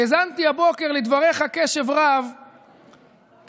האזנתי הבוקר לדבריך בקשב רב כשתיארת